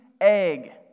egg